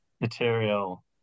material